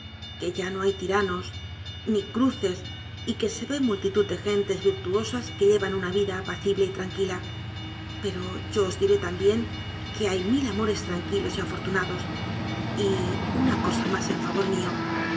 que ya no hay tiranos ni cruces y que se ve multitud de gentes virtuosas que llevan una vida apacible y tranquila pero yo os diré también que hay mil amores tranquilos y afortu nados yuna cosa más en favor